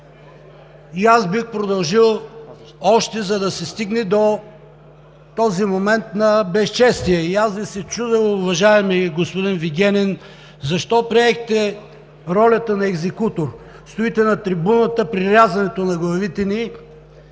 бих продължил още, за да се стигне до този момент на безчестие. И аз Ви се чудя, уважаеми господин Вигенин, защо приехте ролята на екзекутор? Стоите на трибуната при рязането на главите ни,